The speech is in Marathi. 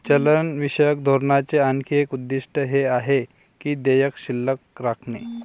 चलनविषयक धोरणाचे आणखी एक उद्दिष्ट हे आहे की देयके शिल्लक राखणे